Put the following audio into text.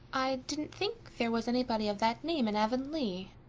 i didn't think there was anybody of that name in avonlea.